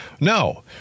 No